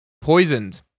Poisoned